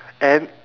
and